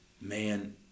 Man